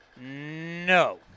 no